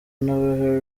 nawe